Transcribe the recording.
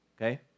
Okay